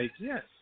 yes